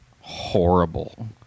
horrible